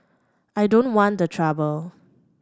I don't want the trouble